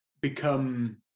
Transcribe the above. become